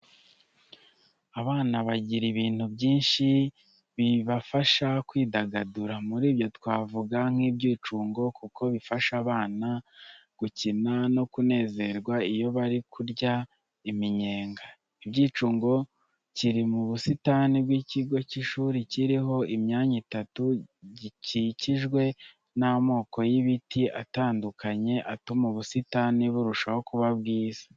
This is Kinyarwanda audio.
Abana bagira ibintu byinshi bibafasha kwidagadura, muri byo twavuga nk'ibyicungo kuko bifasha abana gukina no kunezerwa iyo bari kurya iminyenga. Icyicungo kiri mu busitani bw'ikigo cy'ishuri kiriho imyanya itatu, gikikijwe n'amoko y'ibiti atandukanye atuma ubusitani burushaho kuba bwiza.